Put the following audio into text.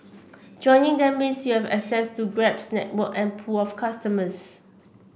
joining them means you have access to Grab's network and pool of customers